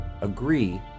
agree